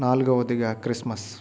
నాలుగవదిగా క్రిస్మస్